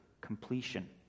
completion